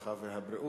הרווחה והבריאות,